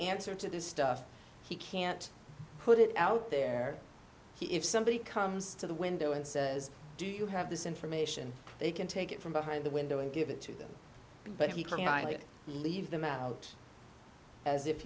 answer to this stuff he can't put it out there if somebody comes to the window and says do you have this information they can take it from behind the window and give it to them but he can i leave them out as if